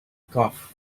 glove